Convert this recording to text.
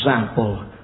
example